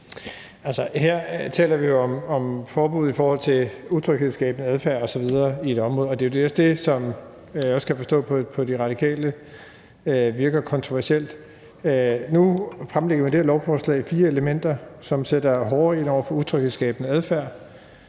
Her taler vi jo om forbud i forhold til utryghedsskabende adfærd osv. i et område, og det er jo også det, som jeg kan forstå på De Radikale virker kontroversielt. Nu fremsætter vi det her lovforslag med fire elementer, som sætter hårdere ind over for utryghedsskabende adfærd,